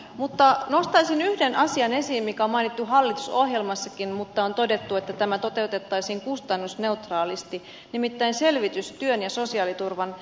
mutta nostaisin yhden asian esiin mikä on mainittu hallitusohjelmassakin mutta on todettu että tämä toteutettaisiin kustannusneutraalisti nimittäin selvitystyön sosiaaliturvan yhteensovittamisesta